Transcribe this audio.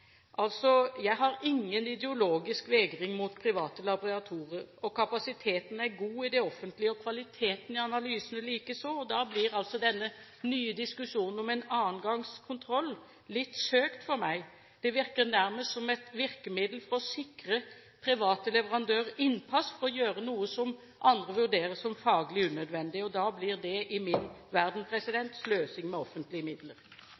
Jeg har ingen ideologisk vegring mot private laboratorier, men kapasiteten er god i de offentlige og kvaliteten på analysene likeså. Da blir denne nye diskusjonen om en annen gangs kontroll litt søkt for meg. Det virker nærmest som et virkemiddel for å sikre private leverandører innpass for å gjøre noe som andre vurderer som faglig unødvendig. Det blir i min verden sløsing med offentlige midler.